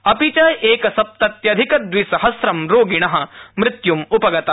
अपि च एकसप्तत्यधिक दविसहस्त्रं रोगिण मृत्यूम उपगता